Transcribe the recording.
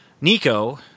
Nico